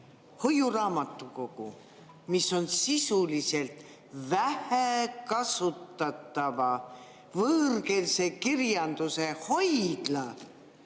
hoiuraamatukogu, mis on sisuliselt vähekasutatava võõrkeelse kirjanduse hoidla,